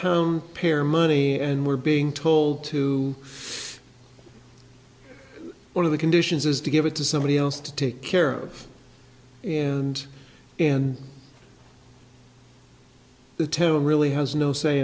town pair money and we're being told to one of the conditions is to give it to somebody else to take care of and in the tone really has no say